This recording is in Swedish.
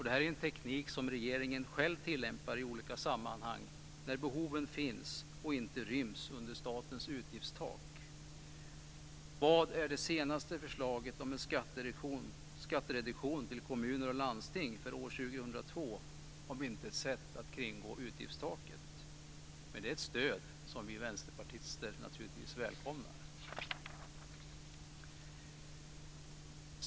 Det här är en teknik som regeringen själv tillämpar i olika sammanhang när behoven finns och det inte ryms under statens utgiftstak. Vad är det senaste förslaget om en skattereduktion till kommuner och landsting för år 2002 om inte ett sätt att kringgå utgiftstaket? Men det är ett stöd som vi vänsterpartister välkomnar.